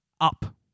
up